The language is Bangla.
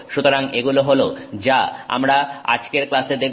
সুতরাং এগুলো হলো যা আমরা আজকের ক্লাসে দেখব